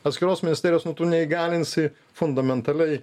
atskiros ministerijos nu tu neįgalinsi fundamentaliai